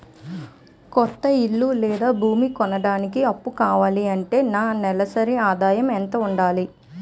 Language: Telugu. కొత్త ఇల్లు లేదా భూమి కొనడానికి అప్పు కావాలి అంటే నా నెలసరి ఆదాయం ఎంత ఉండాలి?